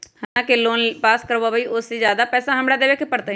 हम जितना के लोन पास कर बाबई ओ से ज्यादा पैसा हमरा देवे के पड़तई?